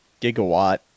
Gigawatt